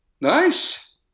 Nice